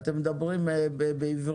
אתם מדברים בעברית?